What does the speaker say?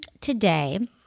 today